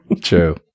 True